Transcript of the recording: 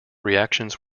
reactions